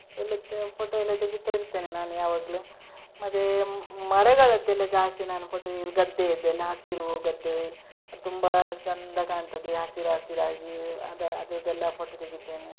ಎಲ್ಲ ಫೋಟೊ ಎಲ್ಲ ತೆಗಿತಾ ಇರ್ತೇನೆ ನಾನು ಯಾವಾಗಲೂ ಮದೇ ಮರಗಳದ್ದೆಲ್ಲ ಜಾಸ್ತಿ ನಾನು ಫೋಟೊ ತೆಗೆಯುದು ಗದ್ದೆಯದ್ದೆಲ್ಲ ಹಸಿರು ಗದ್ದೆ ಅದು ತುಂಬ ಚಂದ ಕಾಣ್ತದೆ ಹಸಿರು ಹಸಿರಾಗಿ ಅದಾ ಅದ್ರದ್ದೆಲ್ಲ ಫೋಟೊ ತೆಗಿತೇನೆ